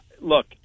look